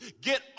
Get